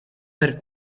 per